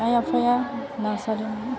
आइ आफाया नाजादों